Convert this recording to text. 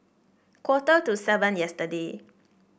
quarter to seven yesterday